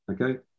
Okay